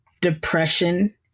depression